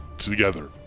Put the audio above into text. Together